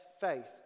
faith